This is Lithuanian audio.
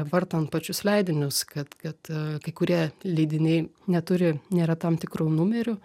vartant pačius leidinius kad kad kai kurie leidiniai neturi nėra tam tikrų numerių